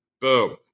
boom